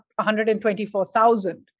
124,000